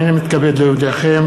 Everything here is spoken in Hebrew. הנני מתכבד להודיעכם,